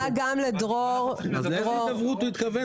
תודה גם לדרור לאיזה הידברות דרור התכוון